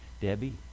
debbie